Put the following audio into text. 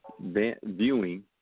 viewing